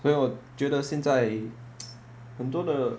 所以我觉得现在 很多的